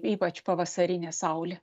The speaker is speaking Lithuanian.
ypač pavasarinė saulė